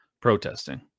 protesting